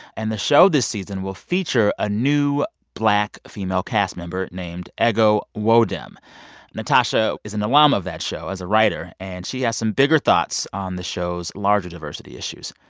and the show this season will feature a new, black, female cast member named ego nwodim. natasha is an alum of that show as a writer, and she has some bigger thoughts on the show's larger diversity issues.